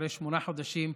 אחרי שמונה חודשים,